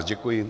Děkuji.